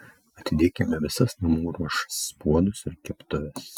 atidėkime visas namų ruošas puodus ir keptuves